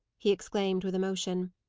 he exclaimed, with emotion.